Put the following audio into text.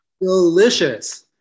Delicious